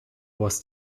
was